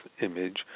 image